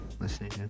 listening